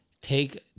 take